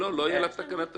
אם לא, לא תהיה לה תקנת השבים.